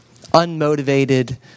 unmotivated